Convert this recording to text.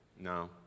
No